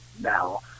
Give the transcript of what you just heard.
now